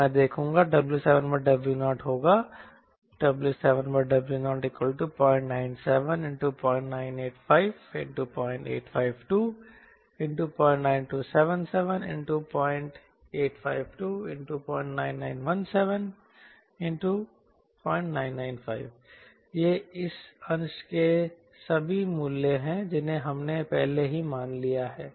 तो मैं देखूंगा W7W0 होगा W7W009709850852092770852099170995 ये इस अंश के सभी मूल्य हैं जिन्हें हमने पहले ही मान लिया है